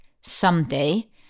someday